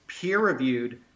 peer-reviewed